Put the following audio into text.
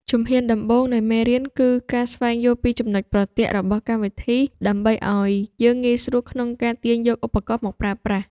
ជំហានដំបូងនៃមេរៀនគឺការស្វែងយល់អំពីចំណុចប្រទាក់របស់កម្មវិធី ដើម្បីឱ្យយើងងាយស្រួលក្នុងការទាញយកឧបករណ៍មកប្រើប្រាស់។